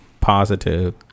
Positive